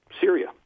Syria